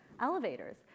elevators